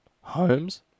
Holmes